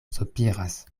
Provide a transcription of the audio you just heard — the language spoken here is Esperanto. sopiras